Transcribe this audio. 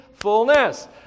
fullness